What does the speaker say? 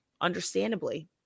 understandably